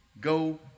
Go